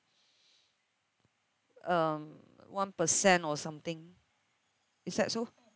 um one percent or something is that so